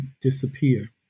disappear